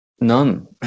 none